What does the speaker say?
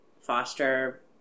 foster